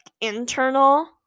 internal